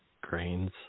grains